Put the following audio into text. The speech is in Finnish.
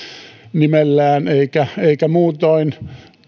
nimellään eikä eikä muutoin